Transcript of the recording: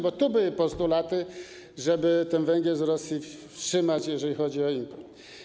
Bo to tutaj były postulaty, żeby węgiel z Rosji wstrzymać, jeżeli chodzi o import.